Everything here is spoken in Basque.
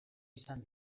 izan